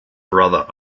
brother